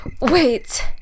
Wait